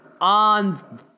on